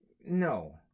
No